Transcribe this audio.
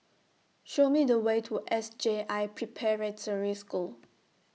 Show Me The Way to S J I Preparatory School